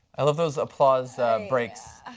i love those applause breaks.